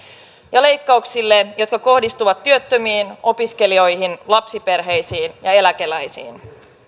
ja leikkauksille jotka kohdistuvat työttömiin opiskelijoihin lapsiperheisiin ja eläkeläisiin